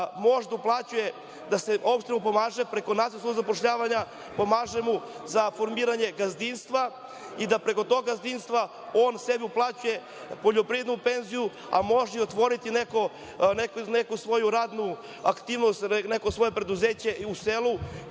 može da uplaćuje, da mu opština pomaže preko Nacionalne službe za zapošljavanje za formiranje gazdinstva i da preko tog gazdinstva on sebi uplaćuje poljoprivrednu penziju, a može i otvoriti neku svoju radnu aktivnost, neko svoje preduzeće i u selu,